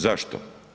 Zašto?